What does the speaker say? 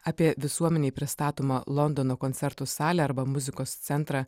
apie visuomenei pristatomą londono koncertų salę arba muzikos centrą